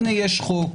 הנה יש חוק,